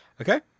Okay